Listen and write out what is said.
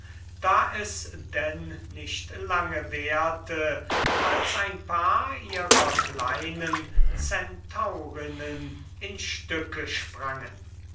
da es denn nicht lange währte als ein paar ihrer kleinen zentaurinnen in stücke sprangen